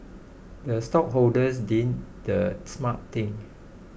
the stockholders did the smart thing